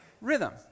rhythm